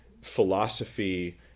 philosophy